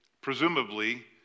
presumably